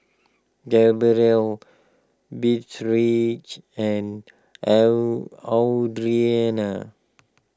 Gabriel Beatrice and L Audrianna